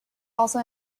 also